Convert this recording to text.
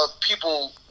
people